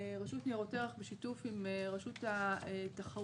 רשות ניירות ערך בשיתוף עם רשות התחרות